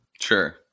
Sure